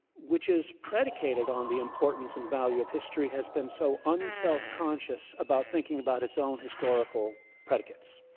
which is predicated on the importance and value of history has been so unselfconscious about thinking about its own historical predicates.